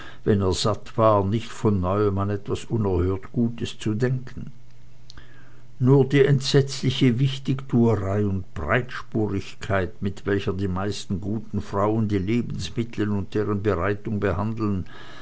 er satt war nicht von neuem an etwas unerhört gutes zu denken nur die entsetzliche wichtigtuerei und breitspurigkeit mit welcher die meisten guten frauen die lebensmittel und deren bereitung behandeln